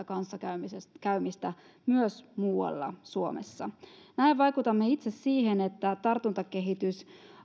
kanssakäymistä myös muualla suomessa näin vaikutamme itse siihen että tartuntakehitys